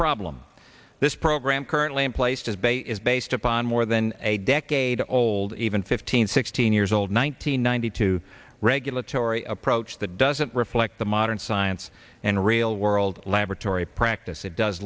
problem this program currently in place as bay is based upon more than a decade old even fifteen sixteen years old one nine hundred ninety two regulatory approach that doesn't reflect the modern science and real world laboratory practice it does